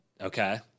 Okay